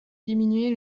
diminuer